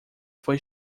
foi